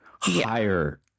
higher